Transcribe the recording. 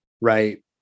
Right